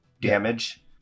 damage